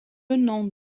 nom